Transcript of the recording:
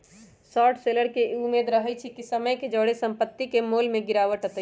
short seller के इ उम्मेद रहइ छइ कि समय के जौरे संपत्ति के मोल में गिरावट अतइ